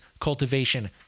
cultivation